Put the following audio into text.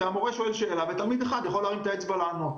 כי המורה שואל שאלה ותלמיד אחד יכול להרים את האצבע לענות.